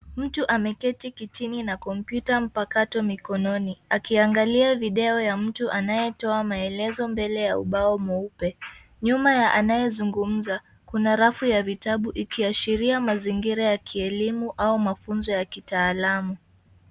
Mtu ameketi kitini na komputa mpakato mikononi akiangalia video ya mtu anayetoa maelezo mbele ya ubao mweupe. Nyuma ya anayezungumza kuna rafu ya vitabu ikiashiria mazingira ya kielimu au mafunzo ya kitaalamu.